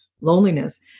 loneliness